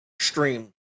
stream